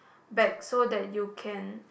back so that you can